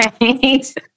Right